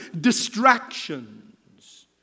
Distractions